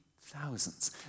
thousands